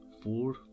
Four